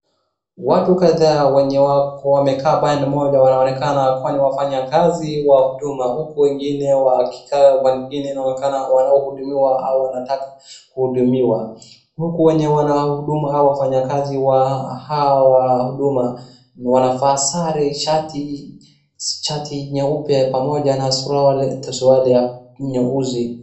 Watu kadhaa wenye wamekaa pande moja wanaonekana kuwa ni wafanyakazi wa Huduma huku wengine wakikaa pande nyingine wanaonekana wanaohudumiwa au wanataka kuhudumiwa. Huku wenye wanahudumu awa wafanyakazi wa hawa Huduma wanavaa sare shati nyeupe pamoja na suruali ya nyeusi.